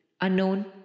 Unknown